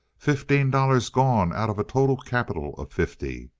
fifteen dollars gone out of a total capital of fifty!